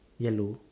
yellow